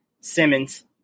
Simmons